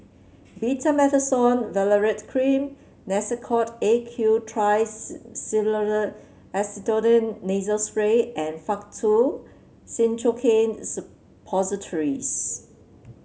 Betamethasone Valerate Cream Nasacort A Q Triamcinolone Acetonide Nasal Spray and Faktu Cinchocaine Suppositories